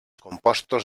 compostos